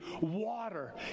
water